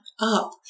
up